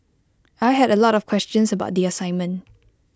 I had A lot of questions about the assignment